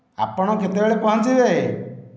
ଆପଣ କେତେବେଳେ ପହଞ୍ଚିବେ